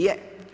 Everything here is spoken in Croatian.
Je.